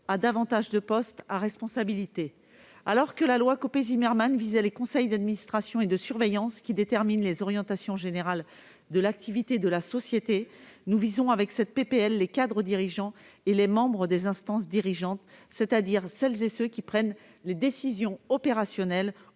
à davantage de postes à responsabilité. Alors que la loi Copé-Zimmermann visait les conseils d'administration et de surveillance, qui déterminent les orientations générales de l'activité de la société, nous visons, avec cette proposition de loi, les cadres dirigeants et les membres des instances dirigeantes, c'est-à-dire celles et ceux qui prennent au jour le jour les décisions opérationnelles